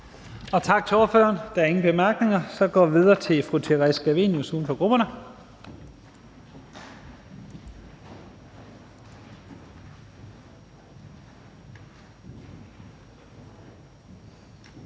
Tak til ordføreren. Der er ingen korte bemærkninger. Så går vi videre til fru Theresa Scavenius, uden for grupperne.